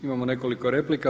Imamo nekoliko replika.